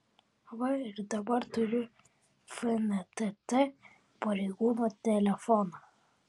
va ir dabar turiu fntt pareigūno telefoną